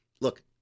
look